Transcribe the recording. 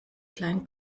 kleinen